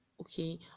Okay